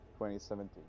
2017